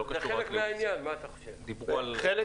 זה חלק מהעניין, מה אתה חושב?